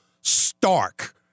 stark